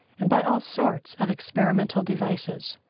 and by all sorts of experimental devices.